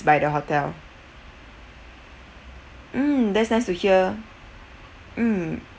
by the hotel mm that's nice to hear mm